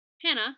hannah